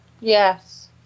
Yes